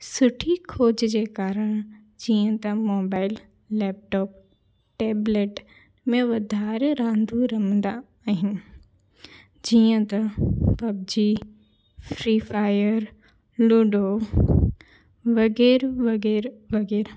सुठी खोज जे कारण जीअं त मोबाइल लेपटॉप टेबलेट में वधारे रांदू रमंदा आहिनि जीअं त पब्जी फ़्री फ़ायर लूडो वग़ैरह वग़ैरह वग़ैरह